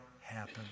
happen